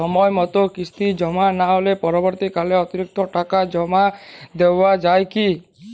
সময় মতো কিস্তি জমা না হলে পরবর্তীকালে অতিরিক্ত টাকা জমা দেওয়া য়ায় কি?